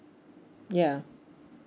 ya